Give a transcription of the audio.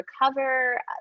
recover